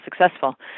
successful